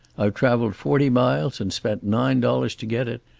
i've traveled forty miles and spent nine dollars to get it,